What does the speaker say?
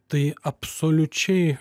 tai absoliučiai